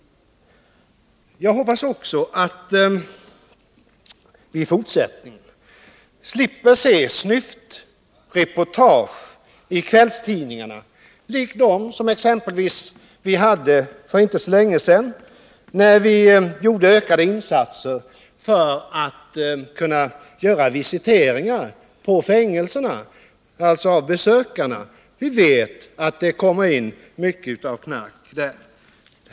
Jag hoppas att vi i fortsättningen slipper se snyftreportage i kvällstidningarna liknande dem som förekom för inte så länge sedan, när vi ökade insatserna för att kunna göra visiteringar av besökande på fängelserna. Vi vet ju att det kommer in mycket knark där.